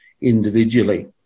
individually